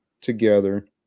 together